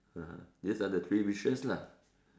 (uh huh) this are the three wishes lah